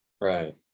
Right